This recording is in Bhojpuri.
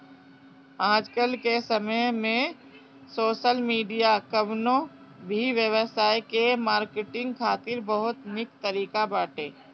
आजकाल के समय में सोशल मीडिया कवनो भी व्यवसाय के मार्केटिंग खातिर बहुते निक तरीका बाटे